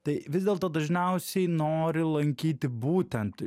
tai vis dėlto dažniausiai nori lankyti būtent